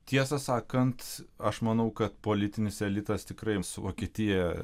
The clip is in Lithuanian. tiesą sakant aš manau kad politinis elitas tikrai su vokietija